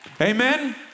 Amen